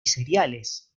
cereales